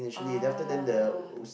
ah